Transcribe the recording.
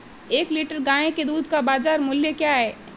एक लीटर गाय के दूध का बाज़ार मूल्य क्या है?